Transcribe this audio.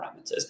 parameters